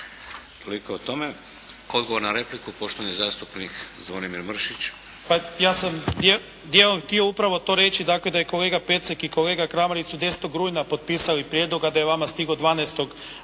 Toliko o tome. Odgovor na repliku poštovani zastupnik Zvonimir Mršić. **Mršić, Zvonimir (SDP)** Pa ja sam dijelom htio upravo to reći, dakle da je kolega Pecek i kolega Kramarić su 10. rujna potpisali prijedlog, a da je vama stigao 12. rujna